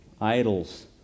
Idols